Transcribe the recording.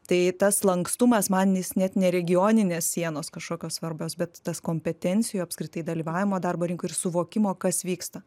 tai tas lankstumas man jis net ne regioninės sienos kažkokios svarbios bet tas kompetencijų apskritai dalyvavimo darbo rinkoj ir suvokimo kas vyksta